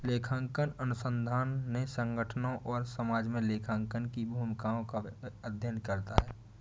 लेखांकन अनुसंधान ने संगठनों और समाज में लेखांकन की भूमिकाओं का अध्ययन करता है